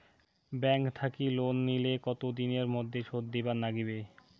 Bank থাকি loan নিলে কতো দিনের মধ্যে শোধ দিবার নাগিবে?